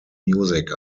music